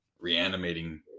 reanimating